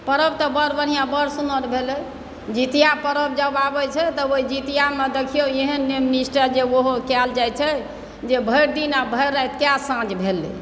पर्व तऽ बड़ बढ़िआँ बड़ सुन्नर भेलै जितिया पर्व जब आबैत छै तब ओहि जितियामे देखियौ एहन नियम निष्ठा जे ओहो कयल जाइत छै जे भरि दिन आ भरि राति कए साँझ भेलै